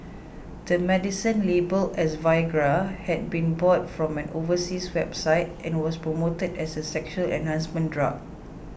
the medicine labelled as Viagra had been bought from an overseas website and was promoted as a sexual enhancement drug